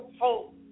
hope